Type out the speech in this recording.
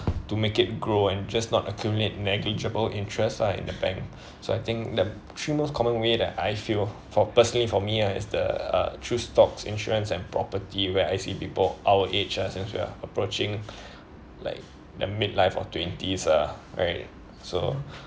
to make it grow and just not accumulate negligible interests ah in the bank so I think the three most common way that I feel for personally for me ah is the uh through stocks insurance and property where I see people our age ah as well approaching like the mid-life or twenties ah right so